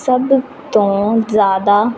ਸਭ ਤੋਂ ਜ਼ਿਆਦਾ